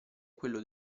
quello